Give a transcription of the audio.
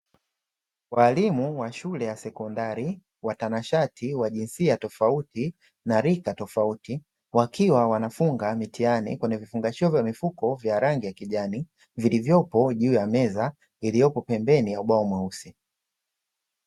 Walimu wa shule ya sekondari watanashati wa jinsia tofauti na rika tofauti, wakiwa wanafunga mitihani kwenye vifungashio vya mifuko vya rangi ya kijani, vilivyopo juu ya meza iliyopo pembeni ya ubao mweusi.